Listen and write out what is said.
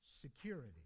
Security